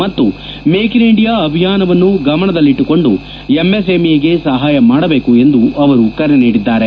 ಮತ್ತು make in India ಅಭಿಯಾನವನ್ನು ಗಮನದಲ್ಲಿಟ್ಲುಕೊಂಡು ಎಂಎಸ್ಎಂಇಗೆ ಸಹಾಯ ಮಾಡಬೇಕು ಎಂದು ಅವರು ಕರೆ ನೀಡಿದ್ದಾರೆ